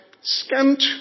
scant